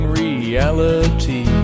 reality